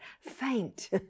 Faint